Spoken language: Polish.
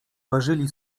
ważyli